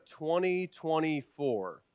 2024